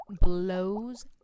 blows